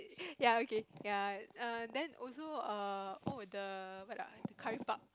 ya okay ya err then also err oh the what lah the curry puff